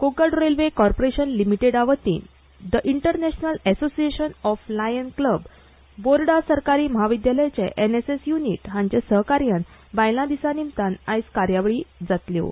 Konkan railway corporation लिमिटेडा वतीन the international association of lion club बोर्डा सरकारी म्हाविद्यालयाचे एनएसएस युनीट हांच्या सहकार्यांत बायलां दिसा निमतान आयज कार्यावळी जातल्यो